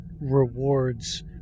rewards